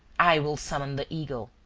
i will summon the eagle,